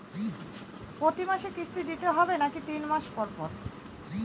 প্রতিমাসে কিস্তি দিতে হবে নাকি তিন মাস পর পর?